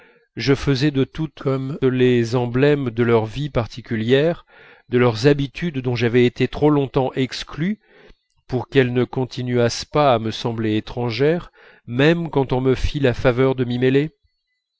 je faisais de toutes comme les emblèmes de leur vie particulière de leurs habitudes dont j'avais été trop longtemps exclu pour qu'elles ne continuassent pas à me sembler étrangères même quand on me fit la faveur de